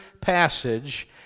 passage